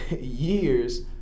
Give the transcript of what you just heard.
years